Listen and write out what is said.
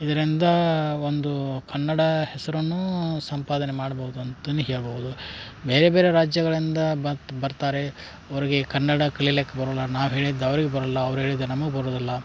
ಇದ್ರಿಂದ ಒಂದು ಕನ್ನಡ ಹೆಸರನ್ನು ಸಂಪಾದನೆ ಮಾಡ್ಬೌದು ಅಂತಾನೆ ಹೇಳ್ಬೌದು ಬೇರೆ ಬೇರೆ ರಾಜ್ಯಗಳಿಂದ ಬತ್ ಬರ್ತಾರೆ ಅವರಿಗೆ ಕನ್ನಡ ಕಲಿಲಿಕ್ಕೆ ಬರೊಲ್ಲ ನಾವು ಹೇಳಿದ್ದು ಅವ್ರಿಗೆ ಬರಲ್ಲ ಅವ್ರು ಹೇಳಿದ್ ನಮಗೆ ಬರೊದಿಲ್ಲ